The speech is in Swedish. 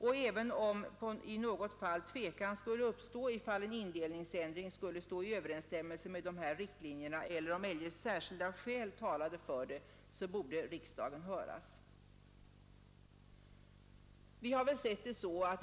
Och om i något fall tvekan skulle uppstå huruvida en indelningsändring står i överensstämmelse med dessa riktlinjer eller om eljest särskilda skäl talar för det, bör riksdagen höras.